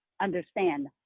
Understand